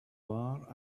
bar